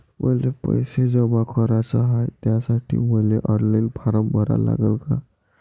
मले पैसे जमा कराच हाय, त्यासाठी मले ऑनलाईन फारम भरा लागन का?